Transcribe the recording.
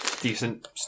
Decent